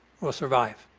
will survive.